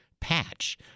patch